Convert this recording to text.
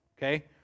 Okay